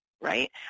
right